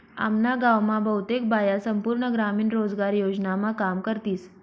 आम्ना गाव मा बहुतेक बाया संपूर्ण ग्रामीण रोजगार योजनामा काम करतीस